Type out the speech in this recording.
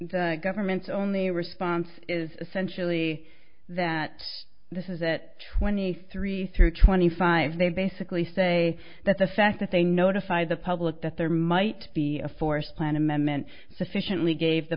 the government's only response is essentially that this is that when the three through twenty five they basically say that the fact that they notify the public that there might be a forced plan amendment sufficiently gave the